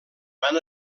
van